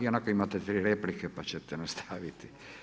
Ionako imate tri replike, pa ćete nastaviti.